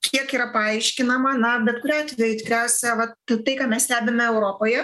kiek yra paaiškinama na bet kuriuo atveju tikriausia vat tai ką mes stebime europoje